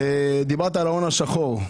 אדוני השר, דיברת על ההון השחור.